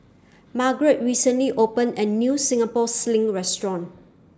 Margarett recently opened A New Singapore Sling Restaurant